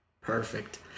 Perfect